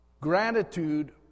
Gratitude